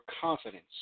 confidence